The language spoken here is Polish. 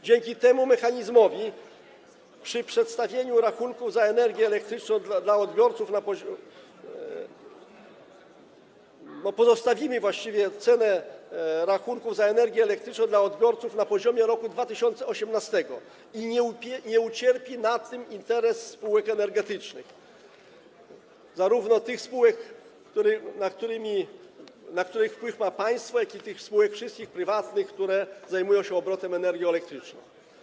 Dzięki temu mechanizmowi przy przedstawieniu rachunku za energię elektryczną dla odbiorców... pozostawimy właściwie cenę rachunków za energię elektryczną dla odbiorców na poziomie z roku 2018 i nie ucierpi na tym interes spółek energetycznych - zarówno tych spółek, na których wpływ ma państwo, jak i tych wszystkich prywatnych spółek, które zajmują się obrotem energią elektryczną.